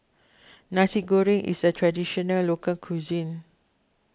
Nasi Goreng is a Traditional Local Cuisine